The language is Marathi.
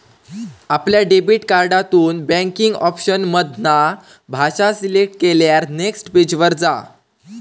आपल्या डेबिट कार्डातून बॅन्किंग ऑप्शन मधना भाषा सिलेक्ट केल्यार नेक्स्ट पेज वर जा